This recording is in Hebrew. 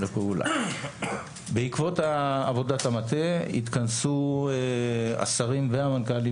בעקבות עבודת המטה התכנסו השרים והמנכ"לים